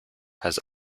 has